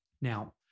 Now